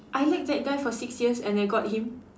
I liked that guy for six years and I got him